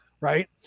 Right